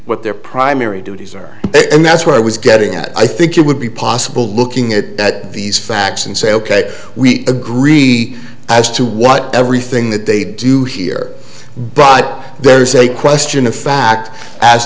what their primary duties are and that's what i was getting at i think it would be possible looking at that these facts and say ok we agree as to what everything that they do here but there's a question of fact a